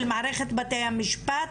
של מערכת בתי המשפט,